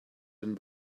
than